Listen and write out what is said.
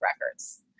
records